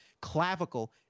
clavicle